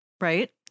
Right